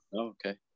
Okay